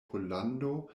pollando